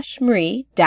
marie